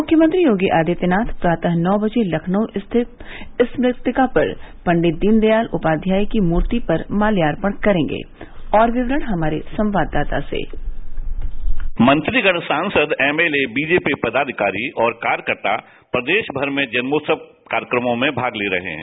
मुख्यमंत्री योगी आदित्यनाथ प्रात नौ बजे लखनऊ स्थित स्मृतिका पर पण्डित दीनदयाल उपाध्याय की मूर्ति पर माल्यार्पण करेंगे और विवरण हमारे संवाददाता से मंत्री गण सांसद एमएलए बीजेपी पदाधिकारी और कार्यकर्ता प्रदेश भर में जन्मोत्सव कार्यक्रमों में भाग ले रहे हैं